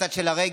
בצד של הרגש?